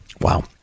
Wow